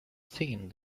thing